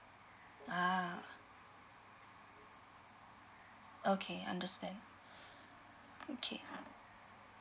ah okay understand okay